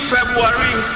February